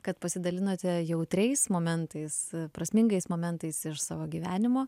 kad pasidalinote jautriais momentais prasmingais momentais iš savo gyvenimo